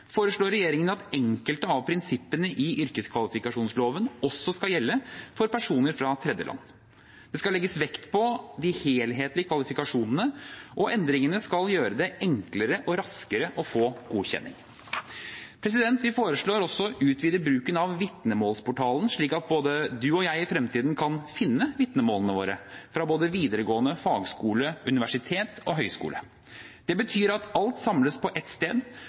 foreslår regjeringen at enkelte av prinsippene i yrkeskvalifikasjonsloven også skal gjelde for personer fra tredjeland. Det skal legges vekt på de helhetlige kvalifikasjonene, og endringene skal gjøre det enklere og raskere å få godkjenning. Vi foreslår også å utvide bruken av Vitnemålsportalen, slik at både du og jeg i fremtiden kan finne vitnemålene våre fra både videregående, fagskole, universitet og høyskole. Det betyr at alt samles på ett sted,